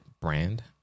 brand